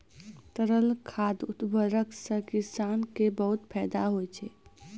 तरल खाद उर्वरक सें किसान क बहुत फैदा होय छै